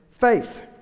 faith